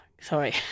Sorry